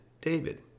David